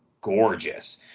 gorgeous